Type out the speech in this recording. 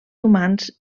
humans